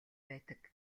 байдаг